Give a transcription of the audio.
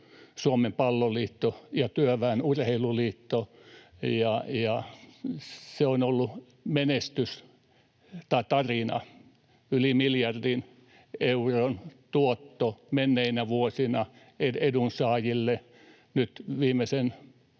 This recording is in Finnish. Suomen Palloliitto ja Työväen Urheiluliitto, ja se on ollut menestystarina — yli miljardin euron tuotto menneinä vuosina edunsaajille. Nyt viimeisten